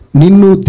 ninu